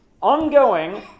ongoing